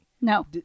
No